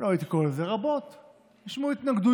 לא הייתי קורא לזה "רבות"; נשמעו התנגדויות,